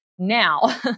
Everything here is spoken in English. Now